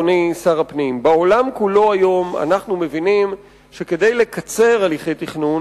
אדוני שר הפנים: בעולם כולו היום מבינים שכדי לקצר הליכי תכנון